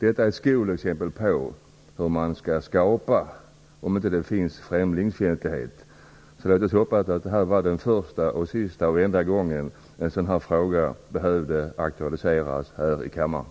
Detta är ett skolexempel på hur man kan skapa främlingsfientlighet där det inte finns någon sådan. Låt oss hoppas att detta var både första och sista gången som en sådan här fråga behövde aktualiseras här i kammaren.